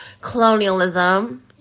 Colonialism